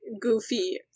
goofy